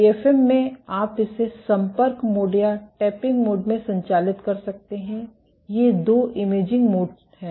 AFM में आप इसे संपर्क मोड या टैपिंग मोड में संचालित कर सकते हैं ये दो इमेजिंग मोड हैं